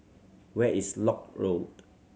where is Lock Road